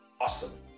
Awesome